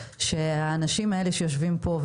שהאנשים האלה שיושבים פה,